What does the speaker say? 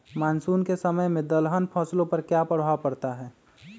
Monsoon के समय में दलहन फसलो पर क्या प्रभाव पड़ता हैँ?